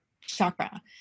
chakra